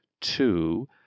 Two